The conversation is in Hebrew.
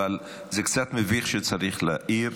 אבל זה קצת מביך שצריך להעיר.